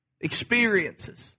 experiences